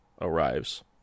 arrives